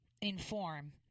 Inform